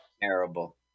Terrible